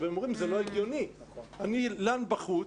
הם אומרים שזה לא הגיוני, אני לן בחוץ,